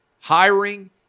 hiring